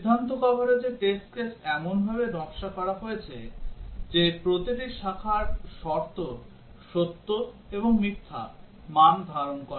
সিদ্ধান্ত কভারেজে test case এমনভাবে নকশা করা হয়েছে যে প্রতিটি শাখার শর্ত সত্য এবং মিথ্যা মান ধারণ করে